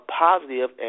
positive